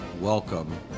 welcome